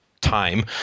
time